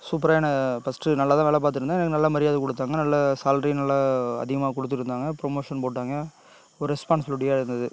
சூப்பராக என்ன ஃபர்ஸ்ட்டு நல்லா தான் வேலை பார்த்துனு இருந்தேன் எனக்கு நல்லா மரியாதை கொடுத்தாங்க நல்ல சேல்ரி நல்ல அதிகமாக கொடுத்துட்டுருந்தாங்க ப்ரொமோஷன் போட்டாங்க ஒரு ரெஸ்பான்ஸ்பிலிட்டியாக இருந்தது